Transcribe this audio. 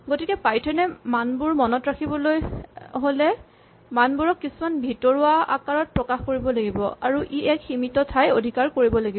গতিকে পাইথন এ মানবোৰ মনত ৰাখিবলৈ হ'লে মানবোৰক কিছুমান ভিতৰুৱা আকাৰত প্ৰকাশ কৰিব লাগিব আৰু ই এক সীমিত ঠাই অধিকাৰ কৰিব লাগিব